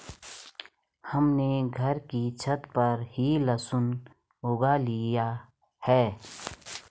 हमने घर की छत पर ही लहसुन उगा लिए हैं